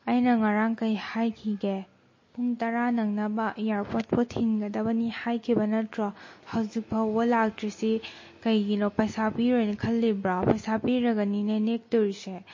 ꯑꯩꯅ ꯉꯔꯥꯡ ꯀꯩ ꯍꯥꯏꯈꯤꯒꯦ ꯄꯨꯡ ꯇꯥꯔꯥ ꯅꯪꯅꯕ ꯑꯦꯌꯥꯔꯄꯣꯔꯠꯐꯥꯎ ꯊꯤꯟꯒꯗꯕꯅꯤ ꯍꯥꯏꯈꯤꯕ ꯅꯠꯇ꯭ꯔꯣ ꯍꯧꯖꯤꯛꯐꯥꯎꯕ ꯂꯥꯛꯇ꯭ꯔꯤꯁꯤ ꯀꯩꯒꯤꯅꯣ ꯄꯩꯁꯥ ꯄꯤꯔꯣꯏꯅ ꯈꯟꯂꯤꯕ꯭ꯔꯣ ꯄꯩꯁꯥ ꯄꯤꯔꯒꯅꯤꯅ ꯅꯦꯛꯇꯣꯔꯤꯁꯦ